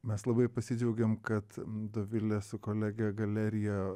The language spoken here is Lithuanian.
mes labai pasidžiaugėm kad dovilės su kolege galerija